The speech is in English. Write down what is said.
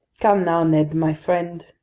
come now, ned my friend,